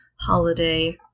holiday